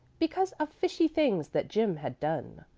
because of fishy things that jim had done.